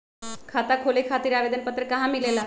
खाता खोले खातीर आवेदन पत्र कहा मिलेला?